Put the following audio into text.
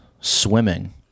swimming